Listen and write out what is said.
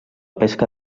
pesca